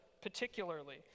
particularly